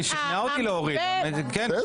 היא שכנעה אותי להוריד חלק.